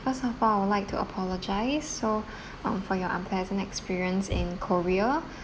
first of all I would like to apologise so um for your unpleasant experience in korea